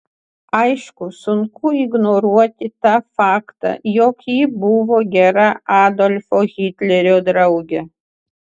aišku sunku ignoruoti tą faktą jog ji buvo gera adolfo hitlerio draugė